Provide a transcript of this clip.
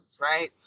Right